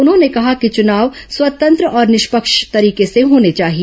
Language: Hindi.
उन्होंने कहा कि चुनाव स्वतंत्र और निष्पक्ष तरीके से होने चाहिए